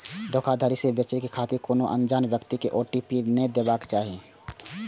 धोखाधड़ी सं बचै खातिर कोनो अनजान व्यक्ति कें ओ.टी.पी नै देबाक चाही